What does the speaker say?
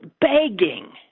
begging